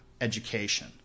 education